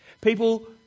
People